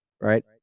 right